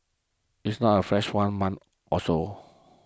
it is not a flash of one month or so